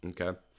Okay